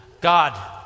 God